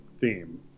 theme